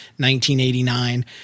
1989